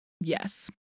Yes